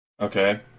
Okay